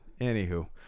Anywho